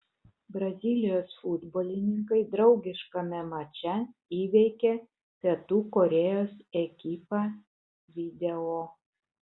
brazilijos futbolininkai draugiškame mače įveikė pietų korėjos ekipą video